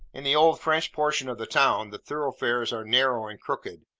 in the old french portion of the town, the thoroughfares are narrow and crooked,